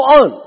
on